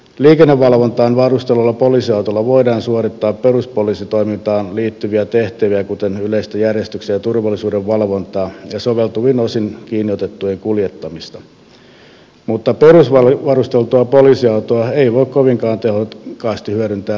liikennevalvontaan varustellulla poliisiautolla voidaan suorittaa peruspoliisitoimintaan liittyviä tehtäviä kuten yleistä järjestyksen ja turvallisuuden valvontaa ja soveltuvin osin kiinni otettujen kuljettamista mutta perusvarusteltua poliisiautoa ei voi kovinkaan tehokkaasti hyödyntää liikennevalvonnassa